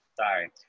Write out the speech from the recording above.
sorry